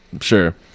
Sure